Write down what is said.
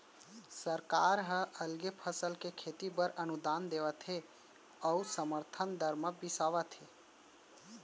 सरकार ह अलगे फसल के खेती बर अनुदान देवत हे अउ समरथन दर म बिसावत हे